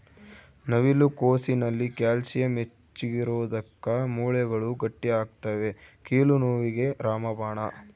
ನವಿಲು ಕೋಸಿನಲ್ಲಿ ಕ್ಯಾಲ್ಸಿಯಂ ಹೆಚ್ಚಿಗಿರೋದುಕ್ಕ ಮೂಳೆಗಳು ಗಟ್ಟಿಯಾಗ್ತವೆ ಕೀಲು ನೋವಿಗೆ ರಾಮಬಾಣ